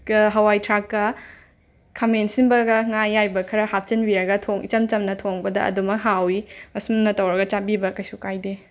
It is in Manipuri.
ꯍꯋꯥꯏ ꯊ꯭ꯔꯥꯛꯀ ꯈꯥꯃꯦꯟ ꯑꯁꯤꯟꯕꯒ ꯉꯥ ꯑꯌꯥꯏꯕ ꯈꯔ ꯍꯥꯞꯆꯤꯟꯕꯤꯔꯒ ꯊꯣꯡ ꯏꯆꯝ ꯆꯝꯅ ꯊꯣꯡꯕꯗ ꯑꯗꯨꯃꯛ ꯍꯥꯎꯏ ꯑꯁꯨꯝꯅ ꯇꯧꯔꯒ ꯆꯥꯕꯤꯕ ꯀꯩꯁꯨ ꯀꯥꯏꯗꯦ